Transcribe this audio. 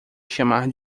chamar